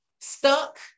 stuck